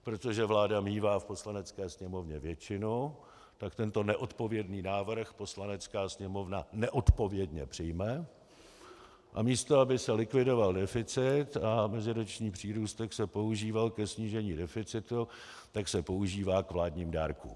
Protože vláda mívá v Poslanecké sněmovně většinu, tak tento neodpovědný návrh Poslanecká sněmovna neodpovědně přijme, a místo aby se likvidoval deficit a meziroční přírůstek se používal ke snížení deficitu, tak se používá k vládním dárkům.